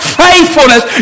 faithfulness